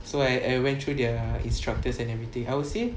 so I I went through their instructors and everything I would say